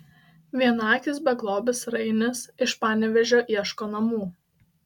vienaakis beglobis rainis iš panevėžio ieško namų